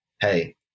hey